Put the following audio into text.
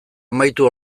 amaitu